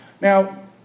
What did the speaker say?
Now